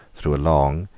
through a long,